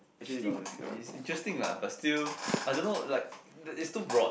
actually is interesting lah but still I don't know like the it's too broad